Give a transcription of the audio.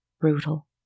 Brutal